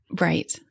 Right